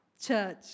church